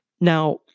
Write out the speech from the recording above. Now